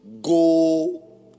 Go